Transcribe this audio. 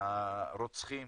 הרוצחים